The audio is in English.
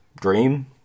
Dream